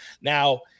Now